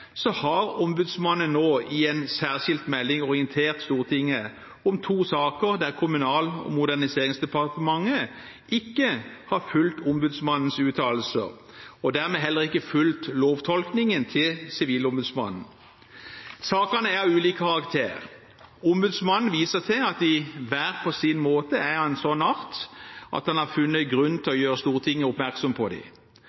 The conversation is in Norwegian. har ombudsmannen nå i en særskilt melding orientert Stortinget om to saker der Kommunal- og moderniseringsdepartementet ikke har fulgt ombudsmannens uttalelser, og dermed heller ikke har fulgt Sivilombudsmannens lovtolkning. Sakene er av ulik karakter. Ombudsmannen viser til at de på hver sin måte likevel er av en slik art at han har funnet grunn til